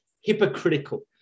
hypocritical